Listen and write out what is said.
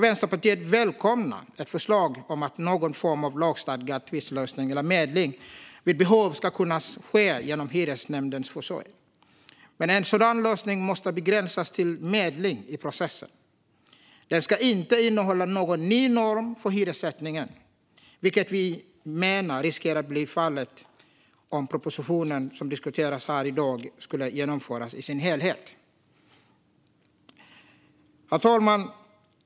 Vänsterpartiet välkomnar därför ett förslag om att någon form av lagstadgad tvistlösning eller medling vid behov ska kunna ske genom hyresnämndens försorg. Men en sådan lösning måste begränsas till medling i processen. Den ska inte innehålla någon ny norm för hyressättningen, vilket vi menar riskerar att bli fallet om propositionen som diskuteras här i dag skulle genomföras i sin helhet. Herr talman!